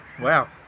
Wow